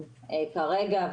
כרגע.